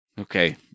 Okay